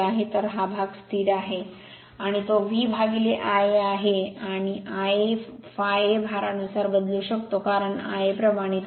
तर हा भाग स्थिर आहे आणि तो V upon Ia आहे आणि IA ∅aभारानुसार बदलू शकते कारण Ia प्रमाणित आहे